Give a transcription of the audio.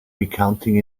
recounting